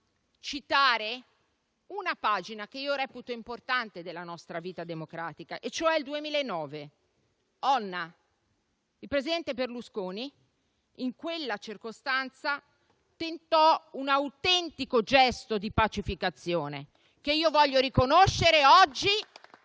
citare una pagina che io reputo importante della nostra vita democratica, cioè il 2009 a Onna. Il presidente Berlusconi in quella circostanza tentò un autentico gesto di pacificazione, che io voglio riconoscere oggi